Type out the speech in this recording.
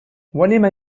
ولم